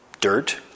dirt